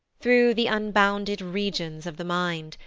through the unbounded regions of the mind,